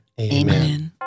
Amen